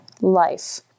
life